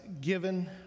given